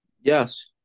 Yes